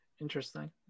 Interesting